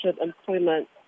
employment